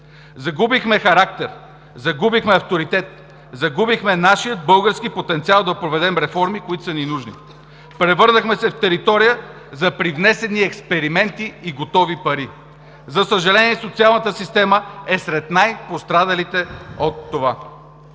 Загубихме характер, загубихме авторитет, загубихме нашия български потенциал да проведем реформи, които са ни нужни; превърнахме се в територия за привнесени експерименти и готови пари. За съжаление, социалната система е сред най-пострадалите от това.